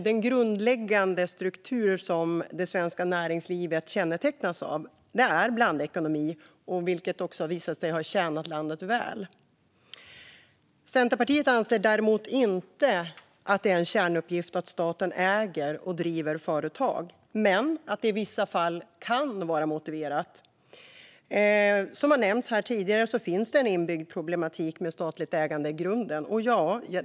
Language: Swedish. Den grundläggande struktur som det svenska näringslivet kännetecknas av är blandekonomi, vilket har visat sig tjäna landet väl. Centerpartiet anser inte att det är en kärnuppgift för staten att äga och driva företag, men i vissa fall kan det vara motiverat. Som tidigare har nämnts finns det en inbyggd problematik med statligt ägande i grunden.